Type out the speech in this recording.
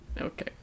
Okay